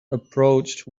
approached